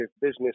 business